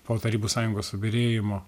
po tarybų sąjungos subyrėjimo